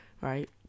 right